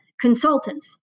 consultants